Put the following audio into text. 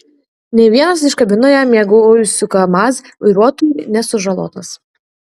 nė vienas iš kabinoje miegojusių kamaz vairuotojų nesužalotas